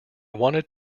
wanted